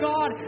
God